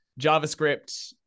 javascript